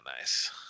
nice